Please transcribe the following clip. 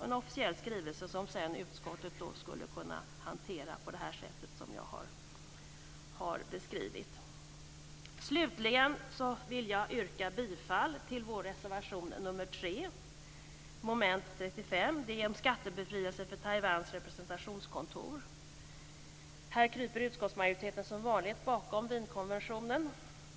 en officiell skrivelse som utskottet sedan kunde hantera på det sätt som jag har beskrivit. Slutligen vill jag yrka bifall till vår reservation nr 3 under mom. 35. Det handlar om skattebefrielse för Taiwans representationskontor. Här kryper utskottet som vanligt bakom Wienkonventionen.